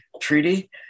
treaty